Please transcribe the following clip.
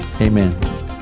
amen